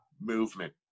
movement